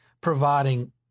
providing